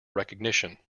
recognition